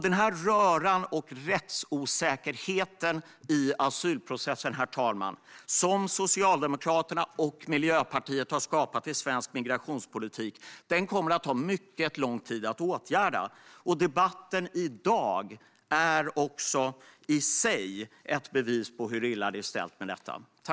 Denna röra och rättsosäkerhet i asylprocessen, som Socialdemokraterna och Miljöpartiet har skapat i svensk migrationspolitik kommer att ta mycket lång tid att åtgärda. Och debatten i dag är också i sig ett bevis på hur illa det är ställt med detta.